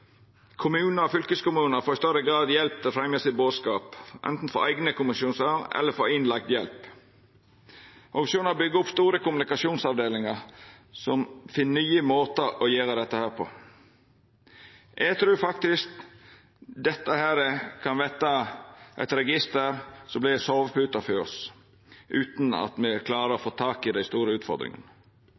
Kommunar og fylkeskommunar får i større grad hjelp til å fremja bodskapet sitt, anten frå eigne kommunikasjonsavdelingar eller frå innleigd hjelp. Organisasjonane byggjer opp store kommunikasjonsavdelingar som finn nye måtar å gjera dette på. Eg trur faktisk dette kan verta eit register som vert ei sovepute for oss, utan at me klarer å få tak i dei store utfordringane.